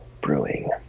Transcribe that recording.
brewing